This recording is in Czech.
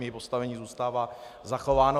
Její postavení zůstává zachováno.